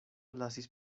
lasis